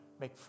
make